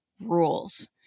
rules